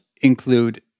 include